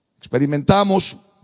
Experimentamos